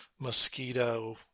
mosquito